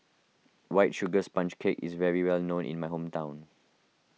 White Sugar Sponge Cake is well known in my hometown